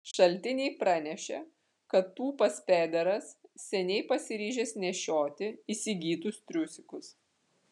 šaltiniai pranešė kad tūpas pederas seniai pasiryžęs nešioti įsigytus triusikus